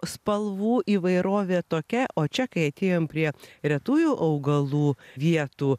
spalvų įvairovė tokia o čia kai atėjom prie retųjų augalų vietų